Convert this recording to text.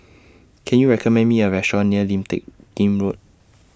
Can YOU recommend Me A Restaurant near Lim Teck Kim Road